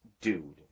Dude